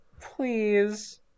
please